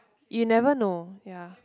you never know ya